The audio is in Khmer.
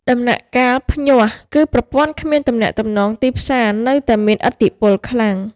ដំណាក់កាល "ភ្ញាស់"គឺ ប្រព័ន្ធគ្មានទំនាក់ទំនងទីផ្សារនៅតែមានឥទ្ធិពលខ្លាំង។